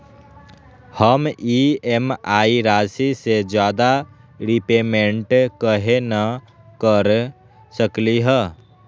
हम ई.एम.आई राशि से ज्यादा रीपेमेंट कहे न कर सकलि ह?